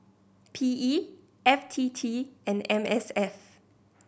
P E F T T and M S F